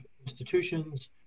institutions